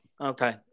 Okay